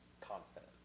confident